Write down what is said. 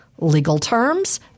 legalterms